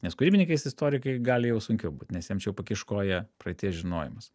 nes kūrybininkais istorikai gali jau sunkiau būt nes jiems čia jau pakiš koją praeities žinojimas